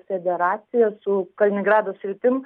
federacija su kaliningrado sritim